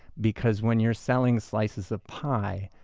because when you're selling slices of pie,